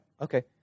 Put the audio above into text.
okay